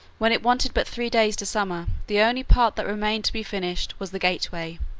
when it wanted but three days to summer, the only part that remained to be finished was the gateway.